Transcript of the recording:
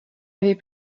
avait